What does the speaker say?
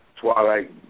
Twilight